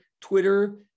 Twitter